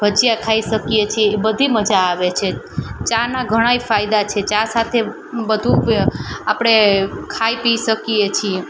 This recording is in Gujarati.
ભજીયા ખાઈ શકીએ છે બધી મજા આવે છે ચાના ઘણાય ફાયદા છે ચા સાથે બધું આપણે ખાઈ પી શકીએ છીએ